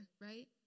Right